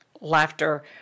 laughter